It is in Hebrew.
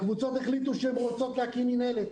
הקבוצות החליטו שהן רוצות להקים מינהלת,